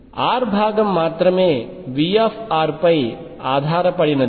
r భాగం మాత్రమే V పై ఆధారపడినది